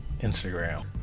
Instagram